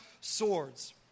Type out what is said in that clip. swords